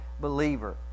believer